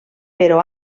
però